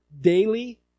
daily